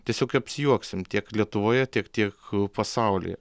tiesiog apsijuoksim tiek lietuvoje tiek tiek pasaulyje